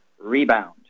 rebound